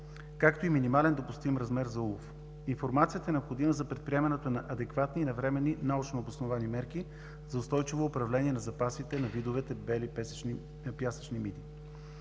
както и минимален допустим размер за улов. Информацията е необходима за предприемането на адекватни и навременни научнообосновани мерки за устойчиво управление на запасите на видовете бели пясъчни миди.